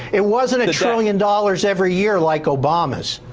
it wasn't a trillion dollars every year like obama's.